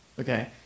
Okay